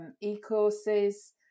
e-courses